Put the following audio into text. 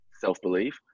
self-belief